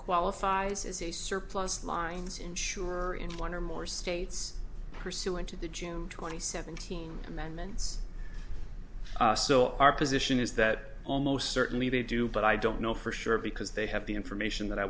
qualifies as a surplus lines insurer in one or more states pursuant to the june twenty seventeen amendments so our position is that almost certainly they do but i don't know for sure because they have the information that i